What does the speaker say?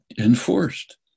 enforced